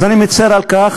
אז אני מצר על כך,